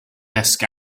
desk